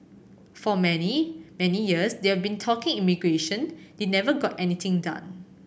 for many many years they've been talking immigration they never got anything done